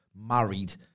Married